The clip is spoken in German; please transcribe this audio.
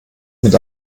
mit